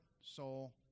soul